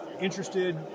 interested